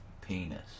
penis